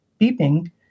beeping